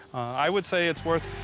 i would say it's worth.